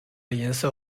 银色